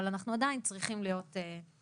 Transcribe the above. אבל אנחנו עדיין צריכים להיות בהיכון.